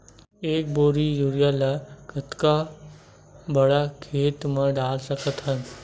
एक बोरी यूरिया ल कतका बड़ा खेत म डाल सकत हन?